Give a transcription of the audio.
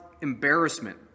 embarrassment